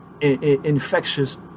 infectious